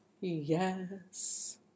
Yes